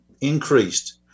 increased